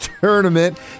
Tournament